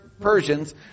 Persians